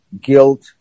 guilt